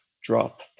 drop